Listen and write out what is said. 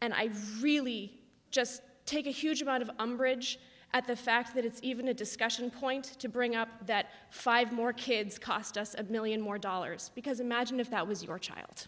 and i really just take a huge amount of bridge at the fact that it's even a discussion point to bring up that five more kids cost us a million more dollars because imagine if that was your child